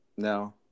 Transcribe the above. No